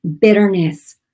bitterness